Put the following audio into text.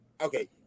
Okay